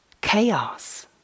chaos